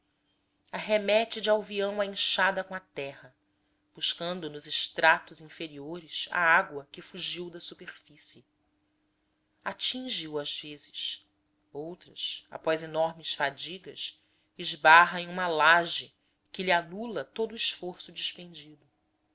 arremete de alvião e enxada com a terra buscando nos estratos inferiores a água que fugiu da superfície atinge os às vezes outras após enormes fadigas esbarra em uma lajem que lhe anula todo o esforço despendido